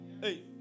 Hey